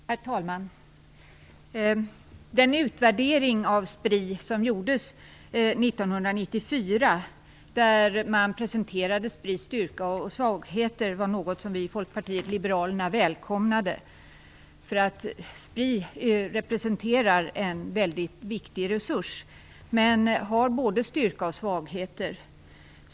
Herr talman! Den utvärdering av Spri som gjordes 1994, där Spris styrka och svagheter presenterades, var något som vi i Folkpartiet liberalerna välkomnade. Spri representerar en väldigt viktig resurs, men har både styrka och svagheter.